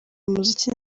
umuziki